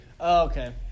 Okay